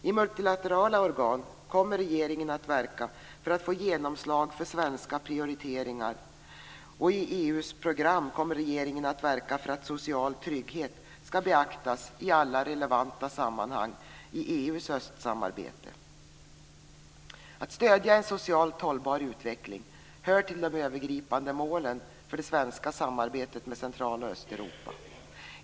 I multilaterala organ kommer regeringen att verka för att få genomslag för svenska prioriteringar, och i EU:s program kommer regeringen att verka för att social trygghet ska beaktas i alla relevanta sammanhang i EU:s östsamarbete. Att stödja en socialt hållbar utveckling hör till de övergripande målen för det svenska samarbetet med Central och Östeuropa.